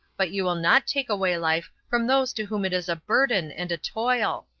but you will not take away life from those to whom it is a burden and a toil.